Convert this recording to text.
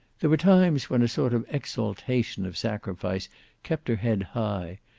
there were times when a sort of exaltation of sacrifice kept her head high,